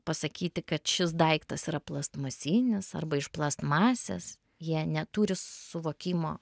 pasakyti kad šis daiktas yra plastmasinis arba iš plastmasės jie neturi suvokimo